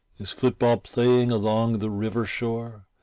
is football playing along the river shore,